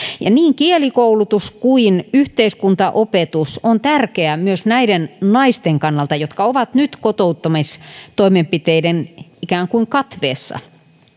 niin kielikoulutus kuin yhteiskuntaopetus on tärkeää myös näiden naisten kannalta jotka ovat nyt kotouttamistoimenpiteiden ikään kuin katveessa